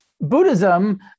Buddhism